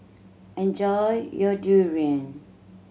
enjoy your durian